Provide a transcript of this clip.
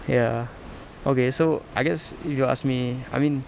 ya okay so I guess if you ask me I mean